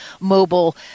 mobile